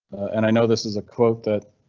and i know this is a quote that.